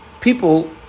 people